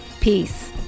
Peace